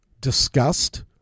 discussed